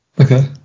Okay